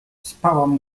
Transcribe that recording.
spałam